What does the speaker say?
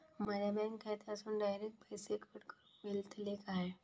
माझ्या बँक खात्यासून डायरेक्ट पैसे कट करूक मेलतले काय?